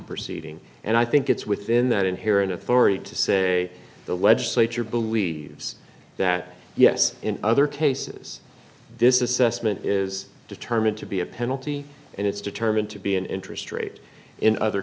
proceeding and i think it's within that inherent authority to say the legislature believes that yes in other cases this is susman is determined to be a penalty and it's determined to be an interest rate in other